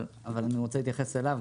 אבל אני רוצה להתייחס אליו,